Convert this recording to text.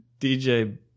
DJ